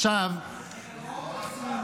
רגע,